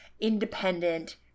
independent